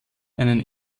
einen